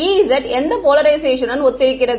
Ez எந்த போலரைஷேஷனுடன் ஒத்திருக்கிறது